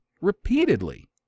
repeatedly